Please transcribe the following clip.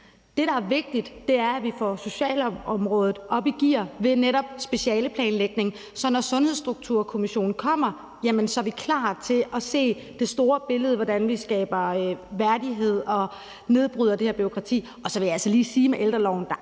Det, der er vigtigt, er, at vi får socialområdet op i gear ved netop specialeplanlægning, sådan at vi, når Strukturkommissionen kommer, er klar til at se det store billede, i forhold til hvordan vi skaber værdighed og nedbryder det her bureaukrati. Og så vil jeg altså lige sige med hensyn til